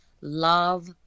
love